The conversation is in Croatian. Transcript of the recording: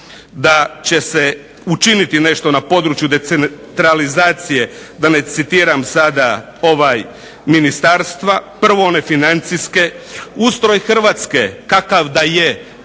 da će se učiniti nešto na području decentralizacije, da ne citiram ministarstva. Prvo one financijske. Ustroj Hrvatske kakav da je